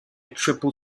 triple